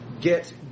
get